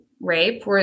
rape